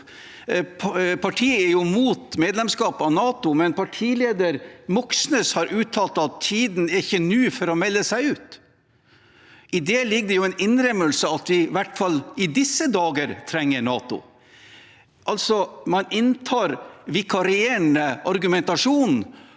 Partiet er mot medlemskap i NATO, men partileder Moxnes har uttalt at nå er ikke tiden for å melde seg ut. I det ligger det jo en innrømmelse av at vi i hvert fall i disse dager trenger NATO. Man inntar altså vikarierende argumentasjon